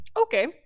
Okay